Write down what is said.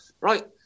Right